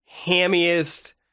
hammiest